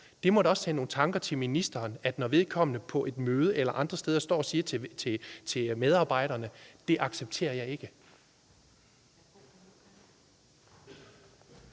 det da også give nogle tanker hos ministeren, altså når vedkommende på et møde eller andre steder står og siger til medarbejderne: Det accepterer jeg ikke.